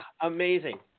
amazing